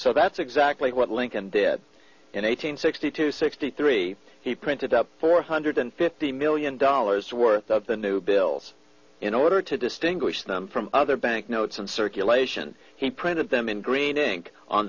so that's exactly what lincoln did in eight hundred sixty two sixty three he printed up four hundred fifty million dollars worth of the new bills in order to distinguish them from other banknotes in circulation he printed them in green ink on